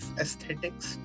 aesthetics